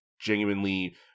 genuinely